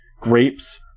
grapes